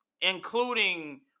including